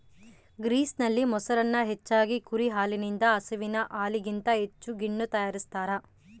ಗ್ರೀಸ್ನಲ್ಲಿ, ಮೊಸರನ್ನು ಹೆಚ್ಚಾಗಿ ಕುರಿ ಹಾಲಿನಿಂದ ಹಸುವಿನ ಹಾಲಿಗಿಂತ ಹೆಚ್ಚು ಗಿಣ್ಣು ತಯಾರಿಸ್ತಾರ